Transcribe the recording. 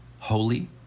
holy